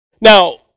Now